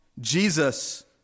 Jesus